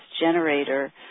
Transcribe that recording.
generator